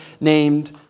named